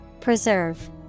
Preserve